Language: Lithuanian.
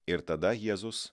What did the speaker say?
ir tada jėzus